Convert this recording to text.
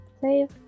save